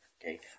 Okay